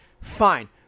fine